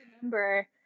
remember